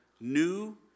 new